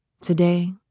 Today